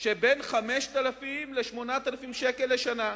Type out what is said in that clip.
של בין 5,000 ל-8,000 שקלים לשנה.